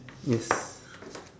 yes